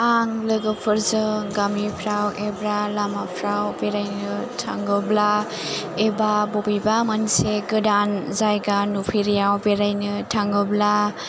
आं लोगोफोरजों गामिफ्राव एबा लामाफ्राव बेरायनो थांङोब्ला एबा बबेबा मोनसे गोदान जायगा नुफेरियाव बेरायनो थाङोब्ला